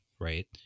right